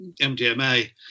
mdma